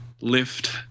lift